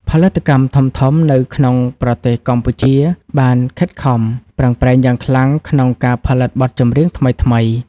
ផលិតកម្មធំៗនៅក្នុងប្រទេសកម្ពុជាបានខិតខំប្រឹងប្រែងយ៉ាងខ្លាំងក្នុងការផលិតបទចម្រៀងថ្មីៗ។